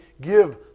give